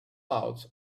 out